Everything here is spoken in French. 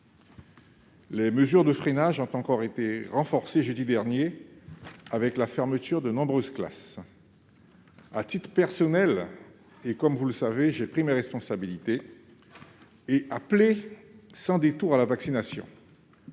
Les mesures de freinage ont encore été renforcées jeudi dernier avec la fermeture de nombreuses classes. À titre personnel, et comme vous le savez, j'ai pris mes responsabilités et appelé sans détour à la vaccination.